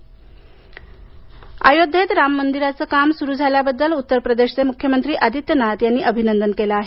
उत्तरप्रदेश अयोध्येत राम मंदिराचे काम सुरू झाल्याबद्दल उत्तरप्रदेशचे मुख्यमंत्री आदित्यनाथ यांनी अभिनंदन केले आहे